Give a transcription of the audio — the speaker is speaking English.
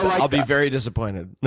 i'll be very disappointed.